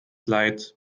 leid